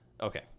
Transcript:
Okay